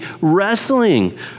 wrestling